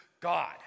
God